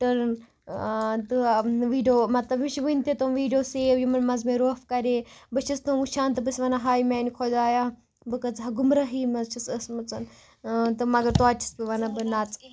ٹٔرٕن ٲں تہٕ ویڑیو مطلب مےٚ چھُ وونہِ تہٕ تِم ویڑیو سیو یِمَن مَنٛز مےٚ روٛف کَرے بہٕ چھس تُم وٕچھان تہٕ بہٕ چھس وَنان ہاے میانہِ خۅدایا بہٕ کٲژاہ گُمرٲہی مَنٛز چھس ٲسمٕژ تہٕ مَگر تۅتہِ چھس بہٕ وَنان بہٕ نَژٕ